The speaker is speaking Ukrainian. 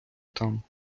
там